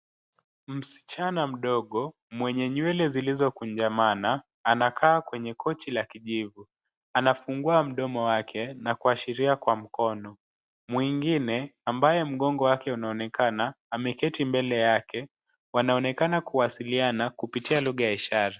Msichana mdogo mwenye nywele zilizokunjamana, anakaa kwenye kochi la kijivu. Anafungua mdomo wake, na kuashiria kwa mkono. Mwingine, ambaye mgongo wake unaonekana, ameketi mbele yake. Wanaonekana kuwasiliana kupitia lugha ya ishara.